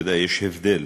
אתה יודע שיש הבדל,